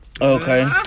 Okay